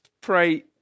pray